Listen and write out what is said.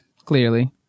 Clearly